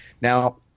Now